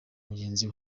mugenzi